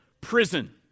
prison